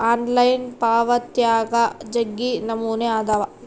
online ಪಾವಾತ್ಯಾಗ ಜಗ್ಗಿ ನಮೂನೆ ಅದಾವ